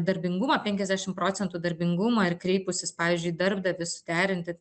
darbingumą penkiasdešim procentų darbingumą ir kreipusis pavyzdžiui į darbdavį suderinti